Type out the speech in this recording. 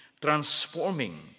transforming